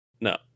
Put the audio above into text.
No